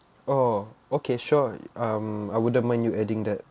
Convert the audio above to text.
oh okay sure um I wouldn't mind you adding that